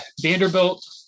Vanderbilt